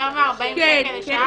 יותר מ-40 שקל לשעה?